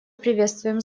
приветствуем